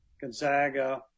Gonzaga